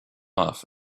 off